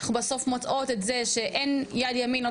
אנחנו בסוף מוצאות את זה שאין יד ימין לא